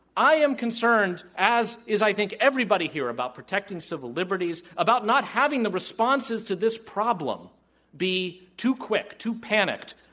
i am concerned as, is i think everybody here about protecting civil liberties, about not having the responses to this problem be too quick, too panicked,